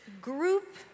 group